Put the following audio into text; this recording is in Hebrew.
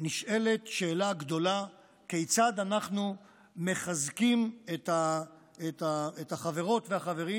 נשאלת שאלה גדולה: כיצד אנחנו מחזקים את החברות והחברים?